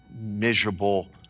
miserable